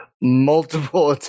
multiple